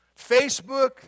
Facebook